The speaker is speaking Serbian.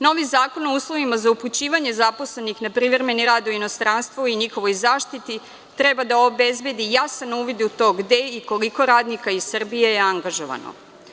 Novi Zakon o uslovima za upućivanje zaposlenih na privremeni rad u inostranstvo i njihovoj zaštiti treba da obezbedi jasan uvid u to gde je i koliko radnika iz Srbije angažovano.